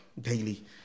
daily